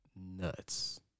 nuts